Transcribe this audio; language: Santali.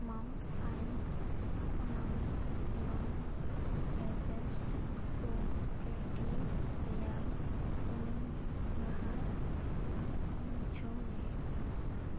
ᱢᱚᱛᱷᱩᱴ ᱯᱷᱟᱭᱱᱟᱱᱥ ᱠᱷᱚᱱᱟᱜ ᱞᱳᱱ ᱮᱜᱮᱱᱥᱴ ᱯᱨᱳᱯᱟᱨᱴᱤ ᱨᱮᱭᱟᱝ ᱩᱱᱩᱭᱦᱟᱹᱨ ᱢᱩᱪᱷᱟᱹᱣ ᱢᱮ